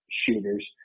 shooters